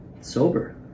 sober